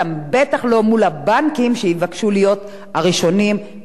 שיבקשו להיות הראשונים בתור לגבות את הכסף.